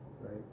right